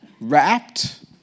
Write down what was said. Wrapped